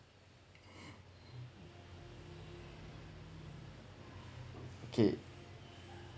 okay